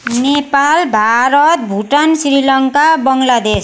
Nepal Bharat Bhutan Sri Lanka Bangladesh